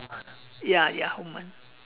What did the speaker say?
ya ya woman